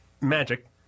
magic